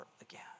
again